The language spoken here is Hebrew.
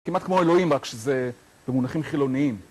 כמעט כמו אלוהים, רק שזה במונחים חילוניים.